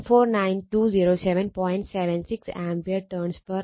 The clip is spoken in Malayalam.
76 A T Wb ആണ്